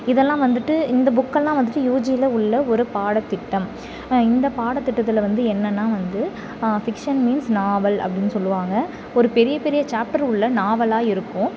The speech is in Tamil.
இதெல்லாம் வந்துட்டு இந்த புக்கெல்லாம் வந்துட்டு யூஜியில் உள்ள ஒரு பாடத்திட்டம் இந்த பாடத்திட்டத்தில் வந்து என்னென்னா வந்து ஃபிக்ஷன் மீன்ஸ் நாவல் அப்படினு சொல்லுவாங்க ஒரு பெரிய பெரிய சாப்டரில் உள்ள நாவலாக இருக்கும்